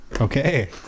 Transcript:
Okay